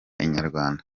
inyarwanda